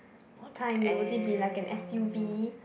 what kind would it be like an S_U_V